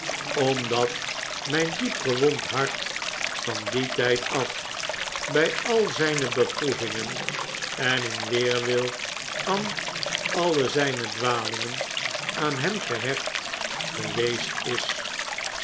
omdat mijn diep gewond hart van dien tijd af bij al zijne beproevingen en in weerwil van alle zijne dwalingen aan hem gehecht geweest is